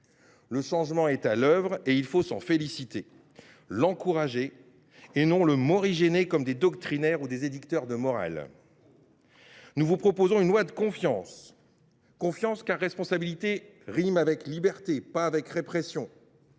Le changement est à l’œuvre ; il faut s’en féliciter, l’encourager et non le morigéner comme des doctrinaires ou des prescripteurs de morale. Nous vous proposons une loi de confiance, car responsabilité rime avec liberté, pas avec répression.